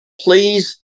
Please